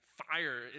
fire